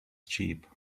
cheap